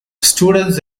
students